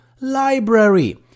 library